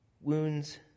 Wounds